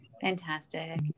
Fantastic